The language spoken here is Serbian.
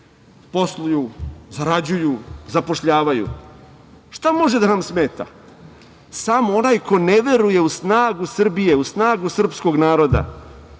posluju, zarađuju, zapošljavaju? Šta može da nam smeta? Samo onaj ko ne veruje u snagu Srbije, u snagu srpskog naroda